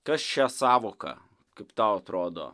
kas šią sąvoką kaip tau atrodo